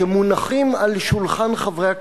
שמונחים על שולחן חברי הכנסת,